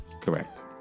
Correct